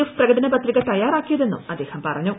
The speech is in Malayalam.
എഫ് പ്രകടനപത്രിക തയ്യാറാക്കിയതെന്നും അദ്ദേഹം പറഞ്ഞു